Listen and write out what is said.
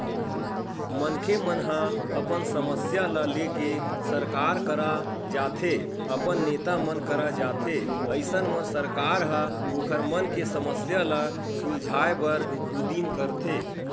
मनखे मन ह अपन समस्या ल लेके सरकार करा जाथे अपन नेता मन करा जाथे अइसन म सरकार ह ओखर मन के समस्या ल सुलझाय बर उदीम करथे